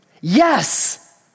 Yes